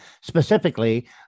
specifically